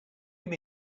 give